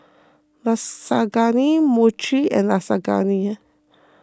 Lasagna Mochi and Lasagna